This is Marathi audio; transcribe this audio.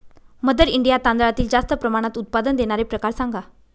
मदर इंडिया तांदळातील जास्त प्रमाणात उत्पादन देणारे प्रकार सांगा